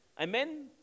Amen